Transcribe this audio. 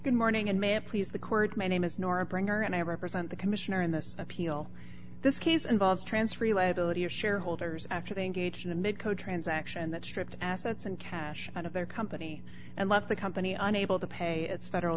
good morning and ma'am please the court my name is nora bringer and i represent the commissioner in this appeal this case involves transferee liability or shareholders after they engaged in a maaco transaction that stripped assets and cash out of their company and left the company unable to pay its federal